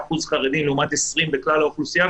26% חרדים לעומת 20% בכלל האוכלוסייה.